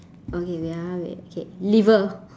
okay wait ah wait okay liver